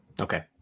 Okay